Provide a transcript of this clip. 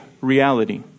reality